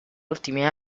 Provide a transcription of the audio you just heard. ultimi